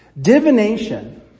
Divination